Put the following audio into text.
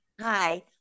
Hi